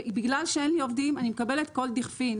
בגלל שאין לי עובדים אני מקבלת כל דכפין,